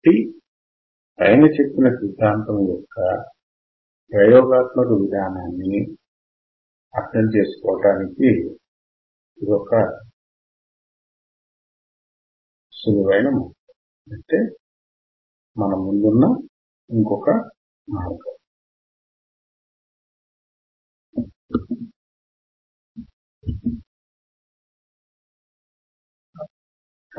కాబట్టి పైన చెప్పిన సిద్ధాంతము యొక్క ప్రయోగాత్మక విధానాన్ని అర్థం చేసుకోవడానికి ఇది మరియొక మార్గం